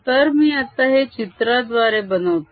तर मी आता हे चित्राद्वारे बनवतो